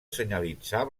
senyalitzar